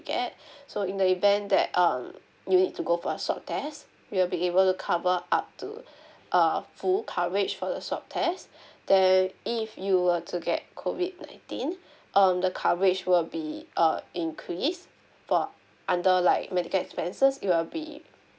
get so in the event that um you need to go for a SWAB test will be able to cover up to err full coverage for the SWAB test then if you were to get COVID nineteen um the coverage will be err increase for under like medical expenses it will be